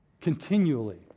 Continually